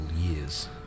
years